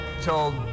told